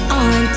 on